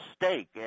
mistake